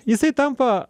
jisai tampa